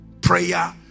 Prayer